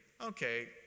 okay